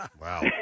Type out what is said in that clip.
Wow